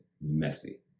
messy